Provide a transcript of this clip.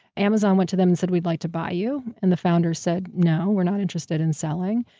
amazon went to them and said, we'd like to buy you. and the founders said, no, we're not interested in selling.